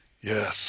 Yes